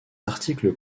articles